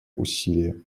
усилия